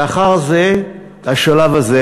לאחר השלב הזה,